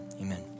amen